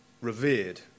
revered